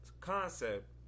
concept